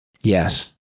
Yes